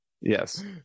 yes